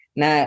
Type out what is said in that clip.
na